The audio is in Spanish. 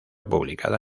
publicada